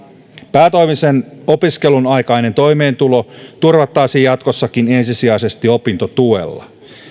päätoimisen opiskelun aikainen toimeentulo turvattaisiin jatkossakin ensisijaisesti opintotuella